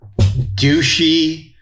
douchey